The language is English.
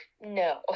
No